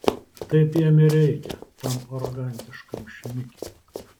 taip jam ir reikia tam arogantiškam šmikiui